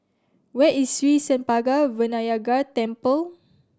where is Sri Senpaga Vinayagar Temple